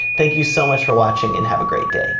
thank you so much for watching and have a great day!